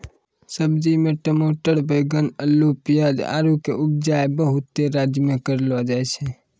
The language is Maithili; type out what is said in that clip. सब्जी मे टमाटर बैगन अल्लू पियाज आरु के उपजा बहुते राज्य मे करलो जाय छै